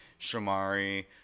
Shamari